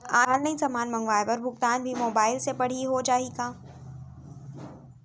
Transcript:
Online समान मंगवाय बर भुगतान भी मोबाइल से पड़ही हो जाही का?